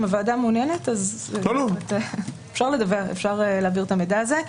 אם הוועדה מעוניינת אפשר להעביר את המידע הזה.